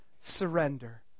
surrender